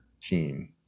team